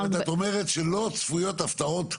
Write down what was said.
אז את אומרת שלא צפויות הפתעות.